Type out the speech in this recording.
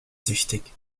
süchtig